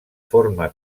forma